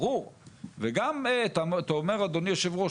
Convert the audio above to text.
ברור וגם אתה אומר אדוני היושב ראש,